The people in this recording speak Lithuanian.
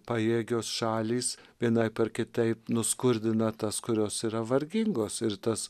pajėgios šalys vienaip ar kitaip nuskurdina tas kurios yra vargingos ir tas